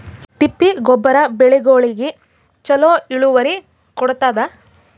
ತಿಪ್ಪಿ ಗೊಬ್ಬರ ಬೆಳಿಗೋಳಿಗಿ ಚಲೋ ಇಳುವರಿ ಕೊಡತಾದ?